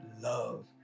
love